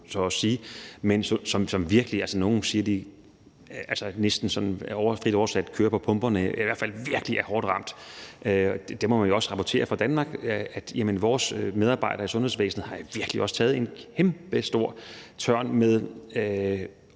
nogle siger, at de næsten, sådan frit oversat, kører på pumperne. De er i hvert fald virkelig hårdt ramt. Det må man jo også rapportere fra Danmark, altså at vores medarbejdere i sundhedsvæsenet virkelig også har taget en kæmpestor tørn med